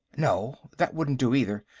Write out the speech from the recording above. no. that wouldn't do, either.